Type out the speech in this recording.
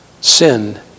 sin